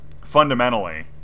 Fundamentally